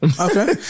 Okay